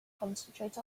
concentrate